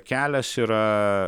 kelias yra